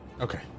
Okay